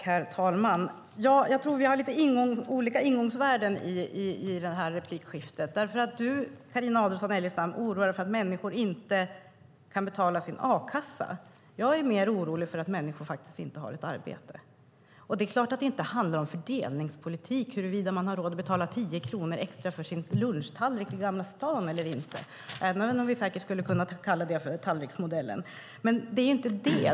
Herr talman! Jag tror att vi har lite olika ingångsvärden i detta replikskifte. Du oroar dig, Carina Adolfsson Elgestam, för att människor inte kan betala sin a-kassa. Jag är mer orolig för att människor inte har ett arbete. Det är klart att det inte handlar om fördelningspolitik huruvida man har råd att betala 10 kronor extra för sin lunchtallrik i Gamla stan eller inte, även om vi skulle kunna kalla det tallriksmodellen. Det är inte det.